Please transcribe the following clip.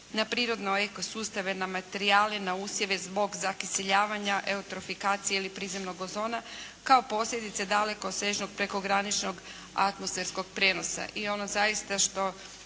na prirodne eko sustave, na materijale, na usjeve zbog zakiseljavanja, eurotrifikacije ili prizemnog ozona kao posljedice dalekosežnog prekograničnog atmosferskog prijenosa i ono zaista što